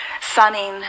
sunning